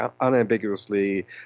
unambiguously